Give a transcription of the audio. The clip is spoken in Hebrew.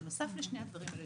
בנוסף לשני הדברים האלה,